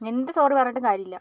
എന്ത് സോറി പറഞ്ഞിട്ടും കാര്യമില്ല